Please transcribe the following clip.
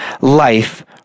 life